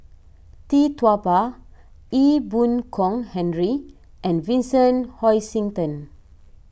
Tee Tua Ba Ee Boon Kong Henry and Vincent Hoisington